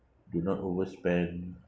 do not overspend